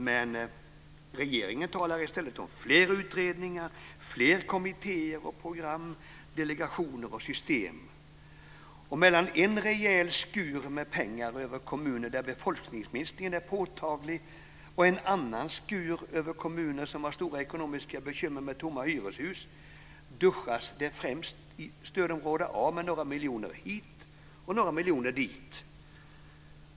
Men regeringen talar i stället om fler utredningar, fler kommittéer och program, delegationer och system. Och mellan en rejäl skur med pengar över kommuner där befolkningsminskningen är påtaglig och en annan skur över kommuner som har stora ekonomiska bekymmer med tomma hyreshus, duschas det främst i stödområde A med några miljoner hit och några dit.